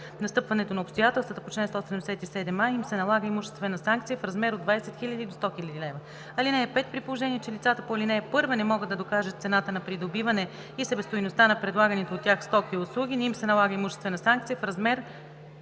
настъпването на обстоятелствата, по чл. 177а им се налага имуществена санкция в размер от 20 000 до 100 000 лв. (5) При положение че лицата по ал. 1 не могат да докажат цената на придобиване и себестойността на предлаганите от тях стоки и услуги, им се налага имуществена санкция в размер